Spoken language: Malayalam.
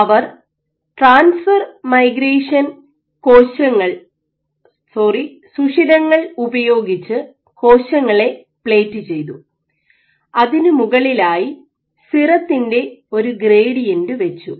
അവർ ട്രാൻസ്ഫർ മൈഗ്രേഷൻ സുഷിരങ്ങൾ ഉപയോഗിച്ചു കോശങ്ങളെ പ്ലേറ്റ് ചെയ്തു അതിനു മുകളിലായി സിറത്തിന്റെ ഒരു ഗ്രേഡിയന്റ് വച്ചു